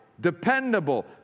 dependable